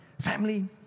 Family